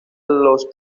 los